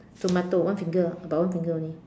tomato one finger ah about one finger only